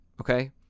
okay